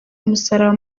umusaraba